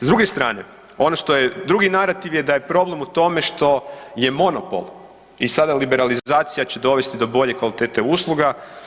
S druge strane, ono što je drugi narativ je da je problem u tome što je monopol i sada liberalizacija će dovesti do bolje kvalitete usluga.